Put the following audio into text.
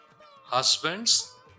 Husband's